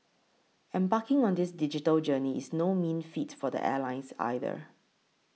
embarking on this digital journey is no mean feat for airlines either